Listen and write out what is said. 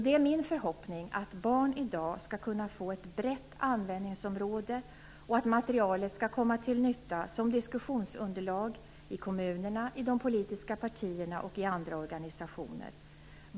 Det är min förhoppning att Barn idag skall kunna få ett brett användningsområde och att materialet skall komma till nytta som diskussionsunderlag i kommunerna, i de politiska partierna och i andra organisationer.